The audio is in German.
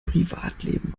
privatleben